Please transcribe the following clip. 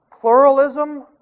pluralism